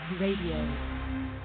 Radio